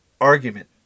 argument